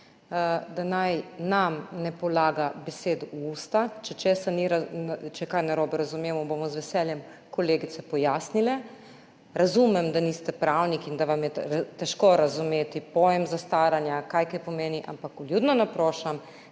da naj nam ne polaga besed v usta. Če je kaj narobe razumel, mu bomo z veseljem kolegice pojasnile. Razumem, da niste pravnik in da vam je težko razumeti pojem zastaranja, kaj kaj pomeni, ampak vljudno naprošam,